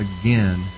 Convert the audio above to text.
again